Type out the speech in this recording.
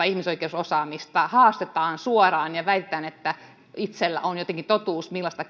ihmisoikeusosaamista haastetaan suoraan ja väitetään että itsellä on jotenkin totuus siitä millaista